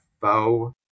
Faux